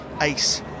ACE